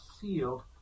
sealed